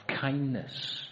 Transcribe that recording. kindness